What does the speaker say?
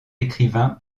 écrivain